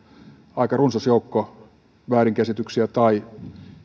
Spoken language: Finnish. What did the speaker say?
aika runsas joukko väärinkäsityksiä tai